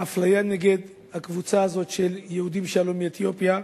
האפליה נגד הקבוצה הזאת של יהודים שעלו מאתיופיה,